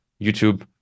youtube